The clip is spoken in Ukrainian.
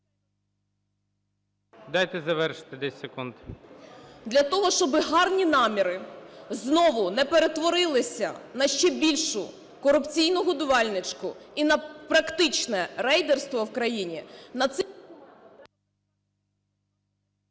Дайте завершити – 10 секунд.